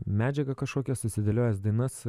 medžiagą kažkokią susidėliojęs dainas